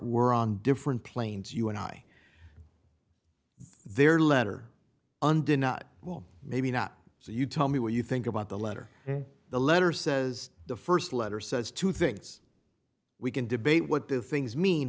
were on different planes you and i their letter undenied will maybe not so you tell me what you think about the letter the letter says the st letter says two things we can debate what the things mean